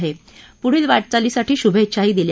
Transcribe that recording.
आणि पुढील वाटचालीसाठी शुभेच्छा दिल्या